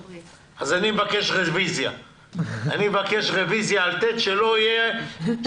אם כן, אני מבקש רוויזיה על סעיף קטן (ט).